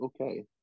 okay